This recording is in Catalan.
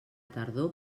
tardor